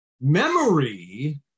memory